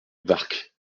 warcq